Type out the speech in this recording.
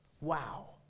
Wow